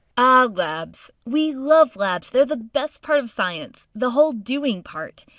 ah labs. we love labs. they're the best part of science the whole doing part.